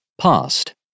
Past